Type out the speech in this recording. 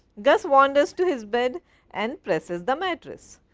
gus wanders to his bed and presses the matrix.